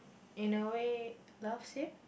in a way loves him